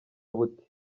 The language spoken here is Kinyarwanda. buti